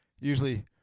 usually